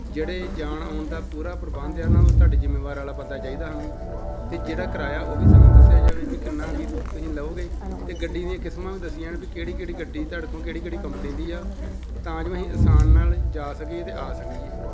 ਜਿਹੜੇ ਜਾਣ ਆਉਣ ਦਾ ਪੂਰਾ ਪ੍ਰਬੰਧ ਆ ਨਾ ਉਹ ਤੁਹਾਡੀ ਜ਼ਿੰਮੇਵਾਰ ਵਾਲਾ ਬੰਦਾ ਚਾਹੀਦਾ ਸਾਨੂੰ ਅਤੇ ਜਿਹੜਾ ਕਿਰਾਇਆ ਉਹ ਵੀ ਸਾਨੂੰ ਦੱਸਿਆ ਜਾਵੇ ਵੀ ਕਿੰਨਾ ਕੀ ਤੁਸੀਂ ਲਉਗੇ ਅਤੇ ਗੱਡੀ ਦੀਆਂ ਕਿਸਮਾਂ ਵੀ ਦੱਸੀਆਂ ਜਾਣ ਵੀ ਕਿਹੜੀ ਕਿਹੜੀ ਗੱਡੀ ਤੁਹਾਡੇ ਕੋਲ ਕਿਹੜੀ ਕਿਹੜੀ ਕੰਪਨੀ ਦੀ ਆ ਤਾਂ ਜੋ ਅਸੀਂ ਆਸਾਨ ਨਾਲ ਜਾ ਸਕੀਏ ਅਤੇ ਆ ਸਕੀਏ